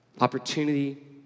opportunity